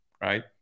Right